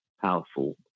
powerful